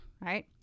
right